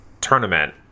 tournament